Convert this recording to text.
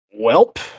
Welp